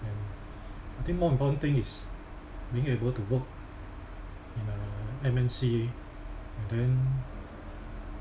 and I think more important thing is being able to work in a M_N_C and then